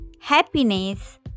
happiness